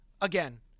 again